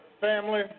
family